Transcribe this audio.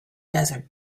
desert